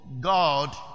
God